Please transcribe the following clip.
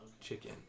chicken